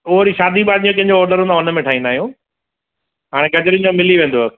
उहो वरी शादी वादी ते जो ऑडर हूंदो आहे हुन में ठाहींदा आयूं हाणे गजरिन जो मिली वेंदव